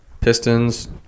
Pistons